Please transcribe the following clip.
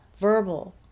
verbal